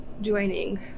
joining